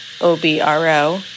O-B-R-O